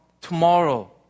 tomorrow